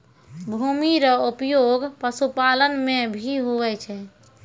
भूमि रो उपयोग पशुपालन मे भी हुवै छै